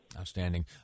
Outstanding